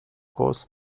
course